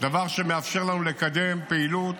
דבר שמאפשר לנו לקדם פעילות